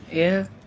एह्